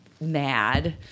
mad